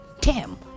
Tim